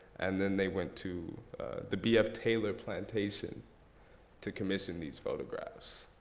and then they went to the bf taylor plantation to commission these photographs.